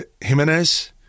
Jimenez